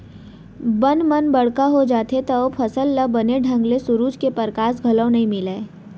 बन मन बड़का हो जाथें तव फसल ल बने ढंग ले सुरूज के परकास घलौ नइ मिलय